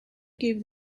gave